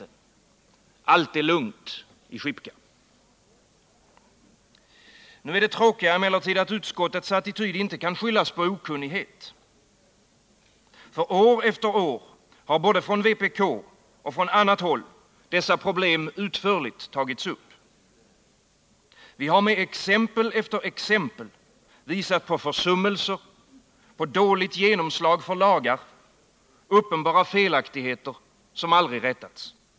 Allt är lugnt i Schipka. Nu är emellertid det tråkiga att utskottets attityd inte kan skyllas på okunnighet. År efter år har både från vpk och från annat håll dessa problem utförligt tagits upp. Vi har med exempel efter exempel visat på försummelser, dåligt genomslag för lagar, uppenbara felaktigheter som aldrig rättas till.